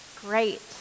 Great